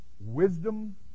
wisdom